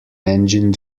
engine